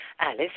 Alice